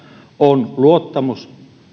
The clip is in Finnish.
on luottamus se